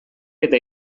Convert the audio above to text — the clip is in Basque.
eta